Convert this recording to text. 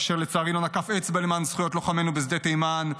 אשר לצערי לא נקף אצבע למען זכויות לוחמינו בשדה תימן,